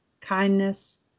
kindness